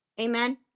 Amen